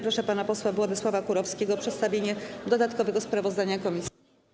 Proszę pana posła Władysława Kurowskiego o przedstawienie dodatkowego sprawozdania komisji.